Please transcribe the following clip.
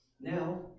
Now